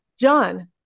john